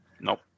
Nope